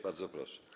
Bardzo proszę.